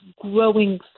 growing